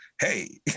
hey